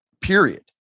period